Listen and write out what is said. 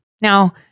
Now